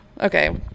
Okay